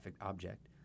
object